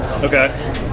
Okay